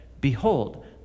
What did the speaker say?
behold